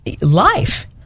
life